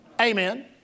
Amen